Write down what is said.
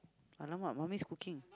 !alamak! mummy's cooking